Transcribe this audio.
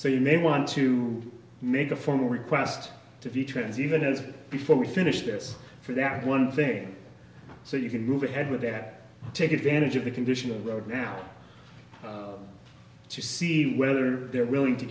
so you may want to make a formal request to be trans even as before we finish this for that one thing so you can move ahead with that take advantage of the condition of the road now to see whether they're willing to